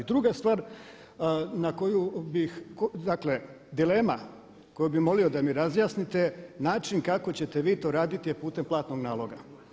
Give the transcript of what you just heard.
Druga stvar na koju bih, dakle dilema koju bih molio da mi razjasnite način kako ćete vi to raditi a putem platnog naloga.